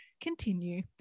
continue